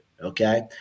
okay